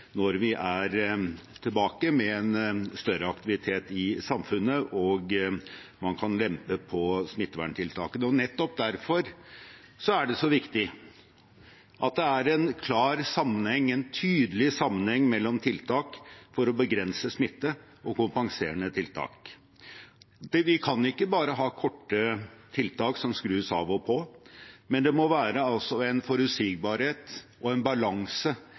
når vi er tilbake med en større aktivitet i samfunnet og man kan lempe på smitteverntiltakene. Nettopp derfor er det så viktig at det er en klar og tydelig sammenheng mellom tiltak for å begrense smitte og kompenserende tiltak. Vi kan ikke bare ha korte tiltak som skrus av og på. Det må være en forutsigbarhet og en balanse